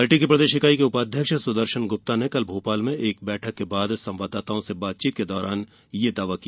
party की प्रदेश इकाई के उपाध्यक्ष सुदर्शन गुप्ता ने कल भोपाल में एक बैठक के बाद संवाददाताओं से बातचीत के दौरान यह दावा किया